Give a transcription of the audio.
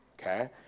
okay